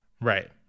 Right